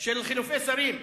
חילופי שרים.